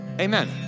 Amen